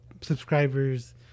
subscribers